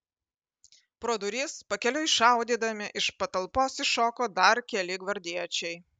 pro duris pakeliui šaudydami iš patalpos iššoko dar keli gvardiečiai